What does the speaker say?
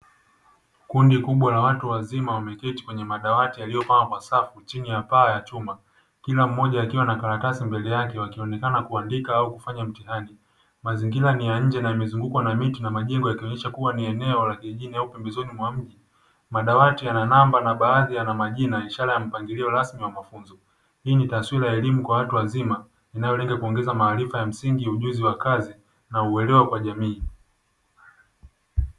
Kundi kubwa la watu wazima wameketi kwenye madawati yaliyopangwa kwa safu chini ya paa ya chuma, kila mmoja akiwa na karatasi mbele yake wakionekana kuandika au kufanya mtihani. Mazingira ni ya nje na yamezungukwa na miti na majengo yakionesha kuwa ni eneo la vijijini au pembezoni mwa mji. Madawati yana namba na baadhi yana majina ishara ya mpangilio mpangilio rasmi wa mafunzo. Hii ni taswira ya elimu kwa watu wazima inayolenga kuongeza maarifa ya msingi, ujuzi wa kazi na uelewa kwa jamii.